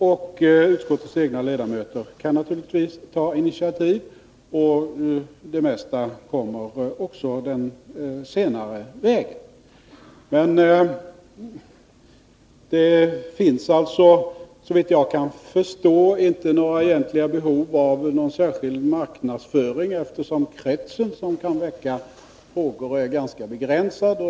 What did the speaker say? Även utskottets egna ledamöter kan naturligtvis ta initiativ, och det mesta kommer den vägen. Det finns alltså, såvitt jag kan förstå, inte några egentliga behov av någon särskild marknadsföring, eftersom kretsen som kan väcka frågor är ganska begränsad.